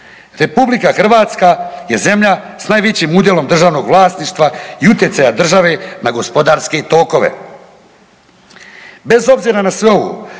RH je zemlja s najvećim udjelom državnog vlasništva i utjecaja države na gospodarske tokove.